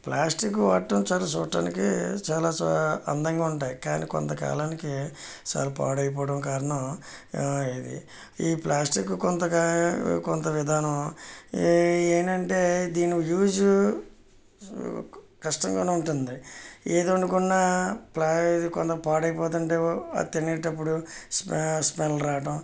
plastic వాడటం చాలా చూడటానికి చాలా చాలా అందంగా ఉంటాయి కానీ కొంతకాలానికి చాలా పాడైపోవడం కారణం ఇది ఈ ప్లాస్టిక్ కొంతగా కొంత విధానం ఏంటంటే దీని యూస్ కష్టంగానే ఉంటుంది ఏది వండుకున్నా పాడయ్యేది కొంత పాడైపోతుంటే అది తినేటప్పుడు స్మె స్మెల్ రావడం